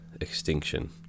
extinction